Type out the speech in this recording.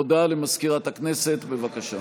הודעה למזכירת הכנסת, בבקשה.